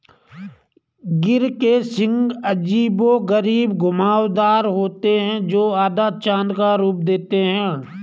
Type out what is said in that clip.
गिर के सींग अजीबोगरीब घुमावदार होते हैं, जो आधा चाँद का रूप देते हैं